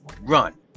run